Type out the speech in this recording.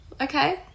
okay